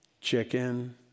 Chicken